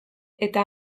eta